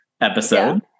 episode